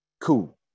cool